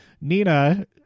nina